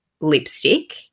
Lipstick